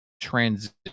transition